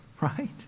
right